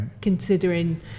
considering